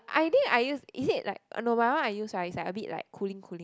I think I use is it like and no my one I use right is like a bit like cooling cooling